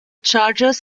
chargers